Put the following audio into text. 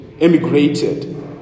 Emigrated